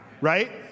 right